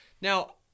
now